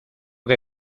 que